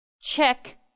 check